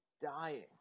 dying